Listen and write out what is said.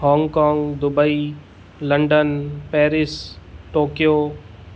Hong Kong Dubai London Paris Tokyo